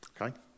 okay